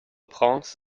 prince